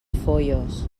foios